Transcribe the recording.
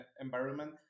environment